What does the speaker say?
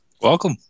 Welcome